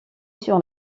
sur